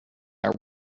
are